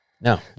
No